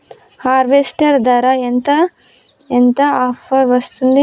Harvester ధర ఎంత ఎంత ఆఫర్ వస్తుంది?